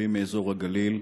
תושבים מאזור הגליל,